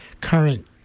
current